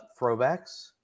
throwbacks